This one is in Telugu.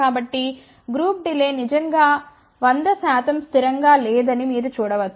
కాబట్టి గ్రూప్ డిలే నిజంగా 100 శాతం స్థిరంగా లేదని మీరు చూడవచ్చు